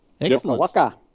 Excellent